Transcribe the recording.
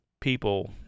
people